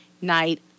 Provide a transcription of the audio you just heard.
Night